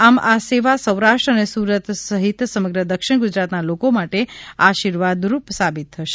આમ આ સેવા સૌરાષ્ટ્ર અને સુરત સહિત સમગ્ર દક્ષિણ ગુજરાતના લોકો માટે આશીર્વાદરૂપ સાબિત થશે